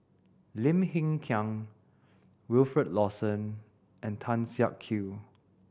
Lim Hng Kiang Wilfed Lawson and Tan Siak Kew